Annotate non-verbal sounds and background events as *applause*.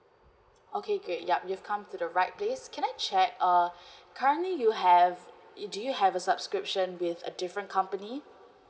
okay great ya you've come to the right place can I check uh *breath* currently you have do you have a subscription with a different company